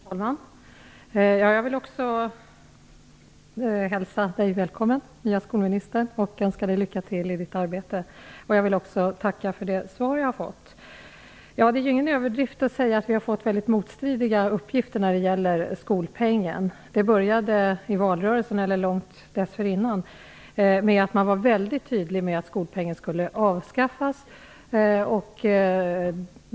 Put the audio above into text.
Herr talman! Jag vill också hälsa den nya skolministern välkommen och önska henne lycka till i hennes arbete. Jag vill också tacka för svaret på min fråga. Det är ingen överdrift att säga att vi har fått mycket motstridiga uppgifter när det gäller skolpengen. Det började i valrörelsen, och faktiskt långt dessförinnan, med att man var mycket tydlig i att skolpengen skulle avskaffas.